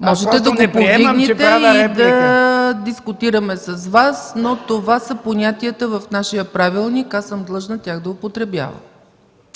Можете да го повдигнете и да дискутираме с Вас, но това са понятията в нашия правилник. Аз съм длъжна тях да употребявам.